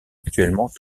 actuellement